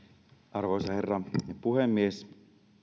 arvoisa herra puhemies